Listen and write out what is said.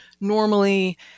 normally